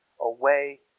away